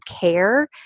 care